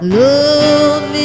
love